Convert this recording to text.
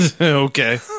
Okay